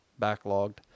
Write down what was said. backlogged